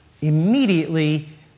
immediately